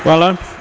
Hvala.